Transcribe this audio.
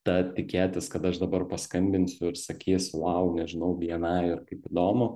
tad tikėtis kad aš dabar paskambinsiu ir sakys vau nežinau bni ir kaip įdomu